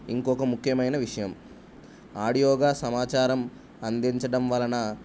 ఇంకొక ముఖ్యమైన విషయం ఆడియోగా సమాచారం అందించడం వలన